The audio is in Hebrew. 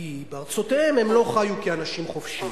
כי בארצותיהם הם לא חיו כאנשים חופשיים.